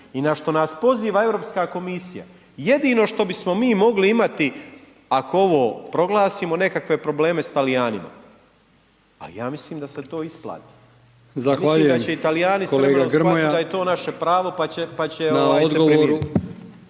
i na što nas poziva Europska komisija. Jedino što bismo mi mogli imati ako ovo proglasimo, nekakve probleme s Talijanima, ali ja mislim da se to isplati …/Upadica: Zahvaljujem…/…mislim da će i Talijani …/Upadica: